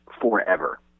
forever